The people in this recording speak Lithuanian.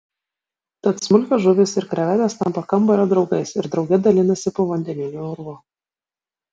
tad smulkios žuvys ir krevetės tampa kambario draugais ir drauge dalinasi povandeniniu urvu